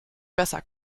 besser